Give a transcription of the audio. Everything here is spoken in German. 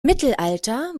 mittelalter